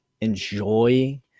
enjoy